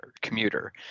Commuter